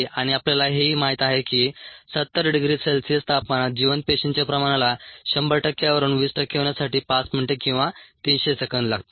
आणि आपल्याला हेही माहीत आहे की 70 डिग्री सेल्सिअस तापमानात जिवंत पेशींच्या प्रमाणाला 100 टक्क्यावरुन 20 टक्के होण्यासाठी 5 मिनिटे किंवा 300 सेकंद लागतात